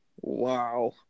Wow